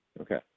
okay